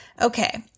Okay